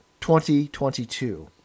2022